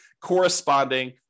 corresponding